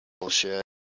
bullshit